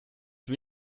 zum